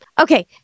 Okay